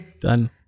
Done